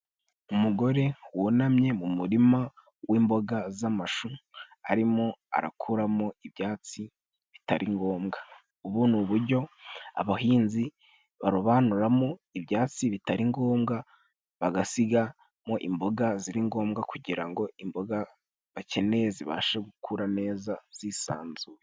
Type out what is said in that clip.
Umugore wunamye mu murima w'imboga z'amashu，arimo arakuramo ibyatsi bitari ngombwa. Ubu ni uburyo abahinzi barobanuramo ibyatsi bitari ngombwa bagasigamo imboga ziri ngombwa， kugira ngo imboga bakeneye zibashe gukura neza zisanzuye.